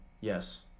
Yes